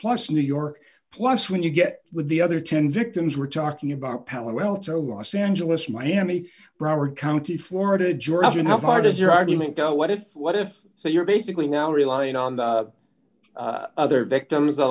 plus new york plus when you get with the other ten victims we're talking about palo alto los angeles miami broward county florida georgia and how far does your argument go what if what if so you're basically now relying on the other victims a